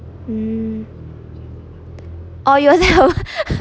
um oh you